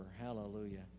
Hallelujah